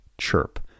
CHIRP